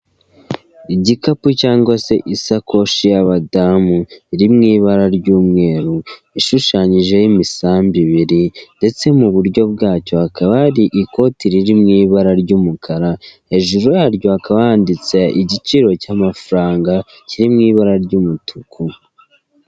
Igikapu cyangwa se isakoshi y'abadamu iri mu ibara ry'umweru ishushanyijeho imisambi ibiri ndetse mu buryo bwacyo hakaba hari ikote riri mu ibara ry'umukara, hejuru yaryo hakaba handitse igiciro cy'amafaranga kiri mu ibara ry'umutuku.